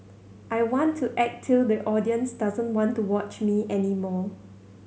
I want to act till the audience doesn't want to watch me any more